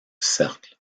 cercle